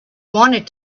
wanted